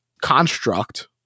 construct